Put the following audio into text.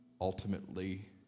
ultimately